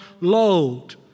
load